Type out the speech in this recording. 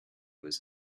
was